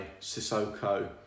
Sissoko